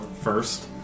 first